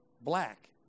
black